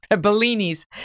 Bellini's